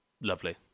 Lovely